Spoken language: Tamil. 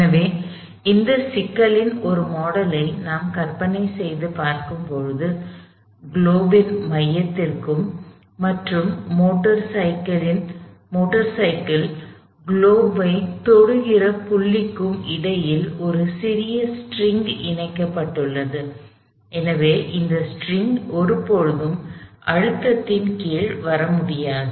எனவே இந்த சிக்கலின் ஒரு மாடலை நாம் கற்பனை செய்து பார்க்கும் போது பூகோளத்தின் மையத்திற்கும் மற்றும் மோட்டார் சைக்கிள் பூகோளத்தைத் தொடுகிறபுள்ளிக்கும் இடையில் ஒரு சிறிய ஸ்டிரிங் பிணைக்கப்பட்டுள்ளது எனவே அந்த ஸ்டிரிங் ஒருபோதும் அழுத்தத்தின் கீழ் வர முடியாது